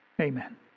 Amen